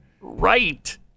Right